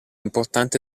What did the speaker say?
importante